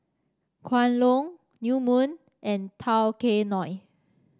Kwan Loong New Moon and Tao Kae Noi